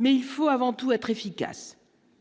mais il faut avant tout être efficace.